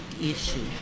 issue